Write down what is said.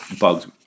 bugs